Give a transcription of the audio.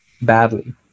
badly